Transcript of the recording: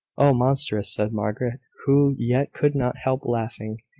oh, monstrous! said margaret, who yet could not help laughing.